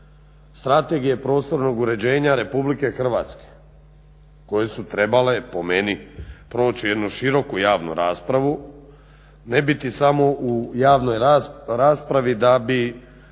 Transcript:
Strategije prostornog uređenja Republike Hrvatske koje su trebale po meni proći jednu široku javnu raspravu, ne biti samo u javnoj raspravi da bi